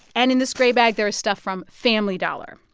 and in this gray bag, there is stuff from family dollar.